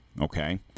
Okay